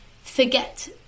Forget